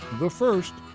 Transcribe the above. the first,